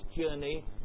journey